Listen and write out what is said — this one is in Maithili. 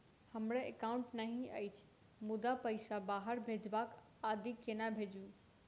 हमरा एकाउन्ट नहि अछि मुदा पैसा बाहर भेजबाक आदि केना भेजू?